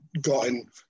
gotten